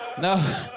No